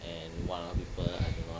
and one other people I don't know